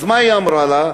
אז מה היא אמרה לה?